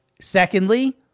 Secondly